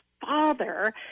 father